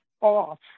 off